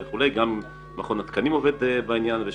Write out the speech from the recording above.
גם מכון התקנים עובד בעניין.